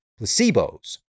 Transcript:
placebos